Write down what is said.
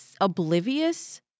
oblivious